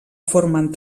formen